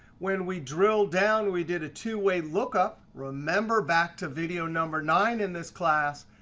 when we drill down, we did a two way look up. remember back to video number nine in this class,